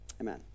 amen